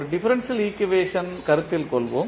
ஒரு differential equation கருத்தில் கொள்வோம்